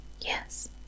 Yes